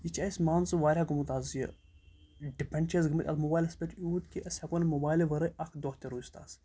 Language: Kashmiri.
یہِ چھِ اَسہِ مان ژٕ واریاہ گوٚمُت آز یہِ ڈِپٮ۪نٛڈ چھِ أسۍ گٔمٕتۍ اَتھ موبایلَس پٮ۪ٹھ یوٗت کہِ أسۍ ہٮ۪کو نہٕ موبایلہٕ وَرٲے اَکھ دۄہ تہِ روٗزِتھ آز